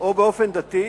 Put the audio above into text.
או באופן דתי,